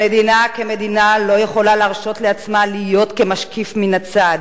המדינה כמדינה לא יכולה להרשות לעצמה להיות כמשקיף מן הצד.